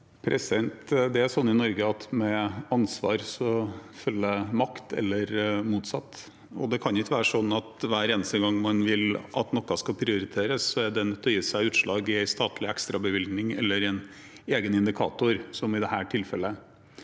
Det er sånn i Norge at med ansvar følger makt, eller motsatt, og det kan ikke være sånn at hver eneste gang man vil at noe skal prioriteres, er det nødt til å gi seg utslag i en statlig ekstrabevilgning eller i en egen indikator, som i dette tilfellet.